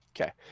Okay